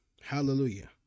Hallelujah